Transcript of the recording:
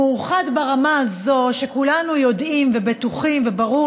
הוא מאוחד ברמה הזאת שכולנו יודעים ובטוחים וברור